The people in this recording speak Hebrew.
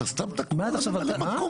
אתה סתם תקוע עם ממלא מקום.